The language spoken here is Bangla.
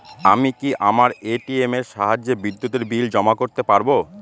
আমি কি আমার এ.টি.এম এর সাহায্যে বিদ্যুতের বিল জমা করতে পারব?